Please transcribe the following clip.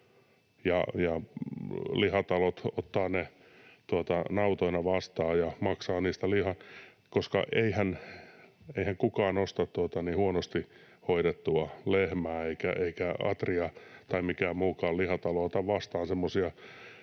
lihatalot ottavat ne nautoina vastaan ja maksavat niistä lihan. Eihän kukaan osta huonosti hoidettua lehmää, eikä Atria tai mikään muukaan lihatalo ota vastaan semmoisia